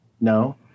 No